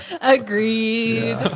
Agreed